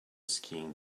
skiing